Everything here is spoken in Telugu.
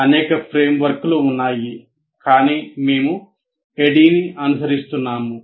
అనేక ఫ్రేమ్వర్క్లు ఉన్నాయి కాని మేము ADDIE ని అనుసరిస్తున్నాము